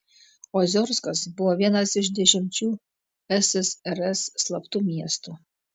oziorskas buvo vienas iš dešimčių ssrs slaptų miestų